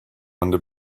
under